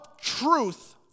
truth